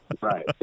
Right